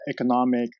economic